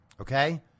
Okay